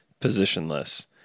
positionless